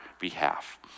behalf